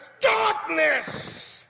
darkness